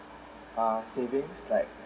uh savings like